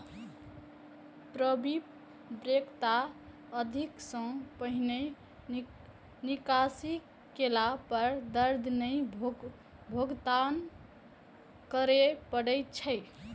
परिपक्वता अवधि सं पहिने निकासी केला पर दंड के भुगतान करय पड़ै छै